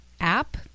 app